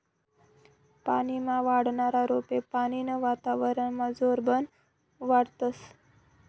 पानीमा वाढनारा रोपे पानीनं वातावरनमा जोरबन वाढतस